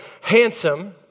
Handsome